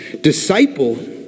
disciple